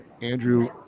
Andrew